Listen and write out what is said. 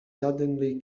suddenly